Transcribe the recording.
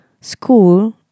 school